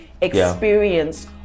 experience